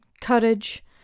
courage